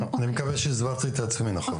אני מקווה שהסברתי את עצמי נכון.